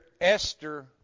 Esther